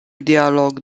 dialog